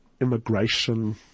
immigration